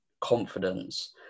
confidence